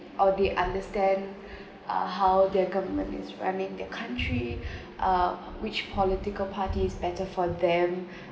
or they understand uh how their government is running their country uh which political parties better for them